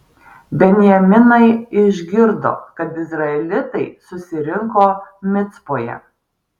benjaminai išgirdo kad izraelitai susirinko micpoje